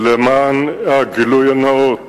שלמען הגילוי הנאות